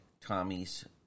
Tommy's